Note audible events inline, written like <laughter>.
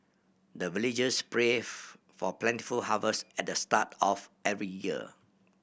the villagers pray <unintelligible> for plentiful harvest at the start of every year